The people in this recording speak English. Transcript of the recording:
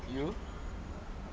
you